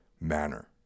manner